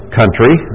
country